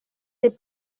des